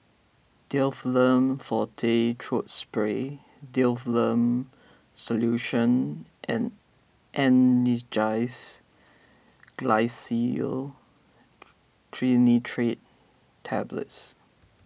Difflam forte Throat Spray Difflam Solution and Angised Glyceryl Trinitrate Tablets